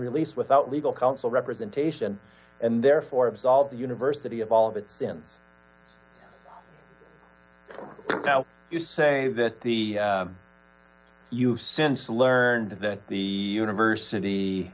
released without legal counsel representation and therefore absolved the university of all of it in now you're saying that the you since learned that the university